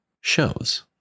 shows